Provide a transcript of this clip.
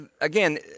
Again